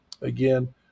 again